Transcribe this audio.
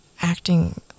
acting